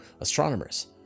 astronomers